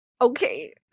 Okay